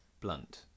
Blunt